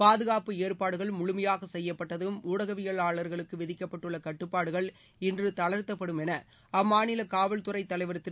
பாதுகாப்பு ஏற்பாடுகள் முழுமையாக செய்யப்பட்டதம் ஊடகவியலாளர்களுக்கு விதிக்கப்பட்டுள்ள கட்டுப்பாடுகள் இன்று தளா்த்தப்படும் என அம்மாநில காவல்துறை தலைவா் திரு